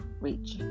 reach